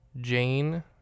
Jane